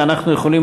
ואנחנו יכולים